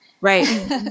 Right